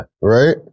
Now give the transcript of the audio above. Right